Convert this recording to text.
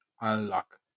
unlock